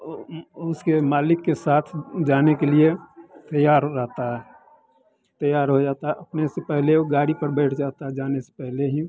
ओ ओ उसके मालिक के साथ जाने के लिए तैयार हो जाता है तैयार हो जाता है अपने से पहले ओ गाड़ी पर बैठ जाता है जाने से पहले ही